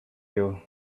you